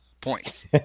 points